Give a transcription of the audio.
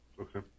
Okay